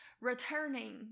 returning